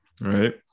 right